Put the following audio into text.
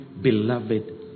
beloved